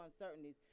uncertainties